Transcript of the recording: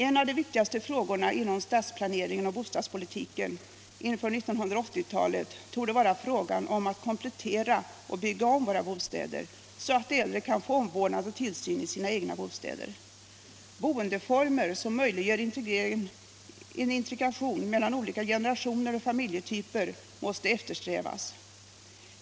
En av de viktigaste frågorna inom stadsplaneringen och bostadspolitiken inför 1980-talet torde vara frågan om att komplettera och bygga om våra bostäder så att de äldre kan få omvårdnad och tillsyn i sina egna bostäder. Boendeformer som möjliggör integration mellan olika generationer och familjetyper måste eftersträvas.